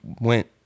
went